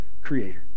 Creator